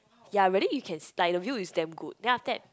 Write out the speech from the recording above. ya really you can see like the view is damn good then after that